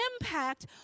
impact